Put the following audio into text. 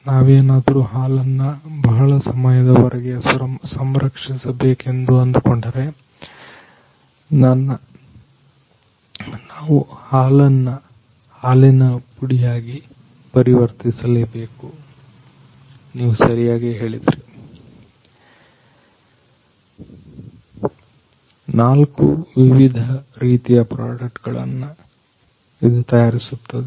ನಾವೇನಾದರೂ ಹಾಲನ್ನ ಬಹಳ ಸಮಯದವರೆಗೆ ಸಂರಕ್ಷಿಸಬೇಕೆಂದು ಅಂದುಕೊಂಡರೆ ನನ್ನ ನಾವು ಹಾಲನ್ನು ಹಾಲಿನ ಪುಡಿ ಆಗಿ ಪರಿವರ್ತಿಸ ಲೇಬೇಕು ನೀವು ಸರಿಯಾಗಿ ಹೇಳಿದಿರಿ ನಾಲ್ಕು ವಿವಿಧ ರೀತಿಯ ಪ್ರಾಡಕ್ಟ್ ಗಳನ್ನು ಅದು ತಯಾರಿಸುತ್ತಿದೆ